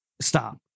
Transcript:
Stop